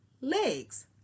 legs